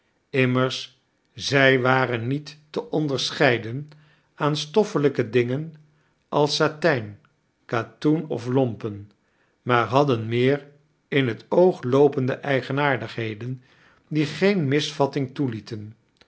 irftners zij waren niet te onderschedden aan stoffelijke dingen als satijn katoen of lompen maar hadden meer in het oog loopeade eigenaardigheden die geen misvatting toelieten